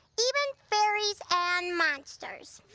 even fairies and monsters.